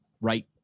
right